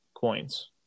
coins